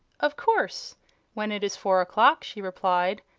of course when it is four o'clock, she replied,